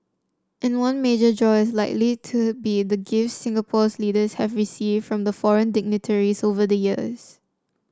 and one major draw is likely to be the gifts Singapore's leaders have received from foreign dignitaries over the years